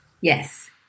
Yes